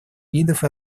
видов